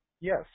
Yes